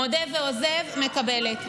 מודה ועוזב, מקבלת.